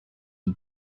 and